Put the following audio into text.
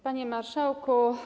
Panie Marszałku!